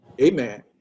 amen